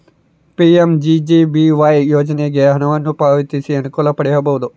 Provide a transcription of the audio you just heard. PMJJBY ಯೋಜನೆಗೆ ಹಣವನ್ನು ಪಾವತಿಸಿ ಅನುಕೂಲ ಪಡೆಯಬಹುದು